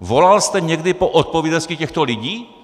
Volal jste někdy po odpovědnosti těchto lidí?